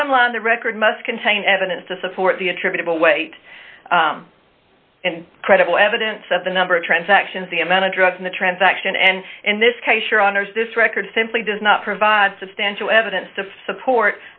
bottom line the record must contain evidence to support the attributable weight and credible evidence of the number of transactions the amount of drugs in the transaction and in this case your honour's this record simply does not provide substantial evidence to support